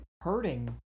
hurting